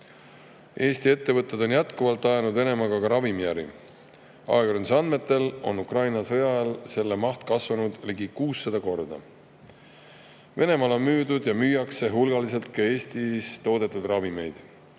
Eesti ettevõtted on jätkuvalt ajanud Venemaaga ka ravimiäri. Ajakirjanduse andmetel on Ukraina sõja ajal selle maht kasvanud ligi 600 korda. Venemaale on müüdud ja müüakse hulgaliselt ka Eestis toodetud ravimeid.